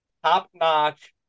Top-notch